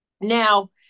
Now